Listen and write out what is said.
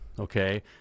Okay